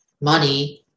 money